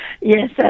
yes